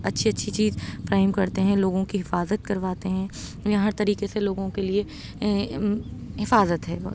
اچھی اچھی چیز قائم کرتے ہیں لوگوں کی حفاظت کرواتے ہیں اِنہیں ہر طریقے سے لوگوں کے لیے حفاظت ہے